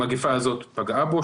המגפה הזאת פגעה בו,